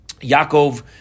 Yaakov